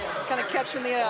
kind of catching the ah